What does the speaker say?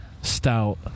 Stout